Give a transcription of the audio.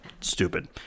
Stupid